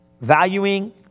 valuing